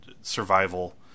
survival